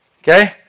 Okay